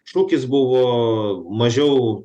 šūkis buvo mažiau